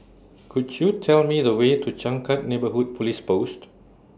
Could YOU Tell Me The Way to Changkat Neighbourhood Police Post